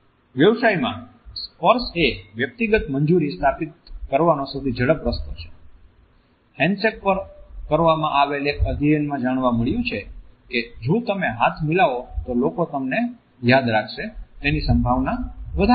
વ્યવસાયમાં સ્પર્શ એ વ્યક્તિગત મંજૂરી સ્થાપિત કરવાનો સૌથી ઝડપી રસ્તો છે હેન્ડશેક પર કરવામાં આવેલા એક અધ્યયનમાં જાણવા મળ્યું છે કે જો તમે હાથ મિલાવો તો લોકો તમને યાદ રાખશે તેની સંભાવના વધારે છે